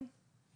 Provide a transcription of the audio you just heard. כן.